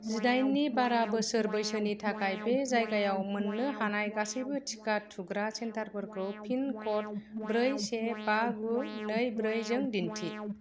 जिदाइननि बारा बोसोर बैसोनि थाखाय बे जायगायाव मोन्नो हानाय गासैबो टिका थुग्रा सेन्टारफोरखौ पिन कड ब्रै से बा गु नै ब्रै जों दिन्थि